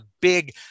big